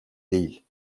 değil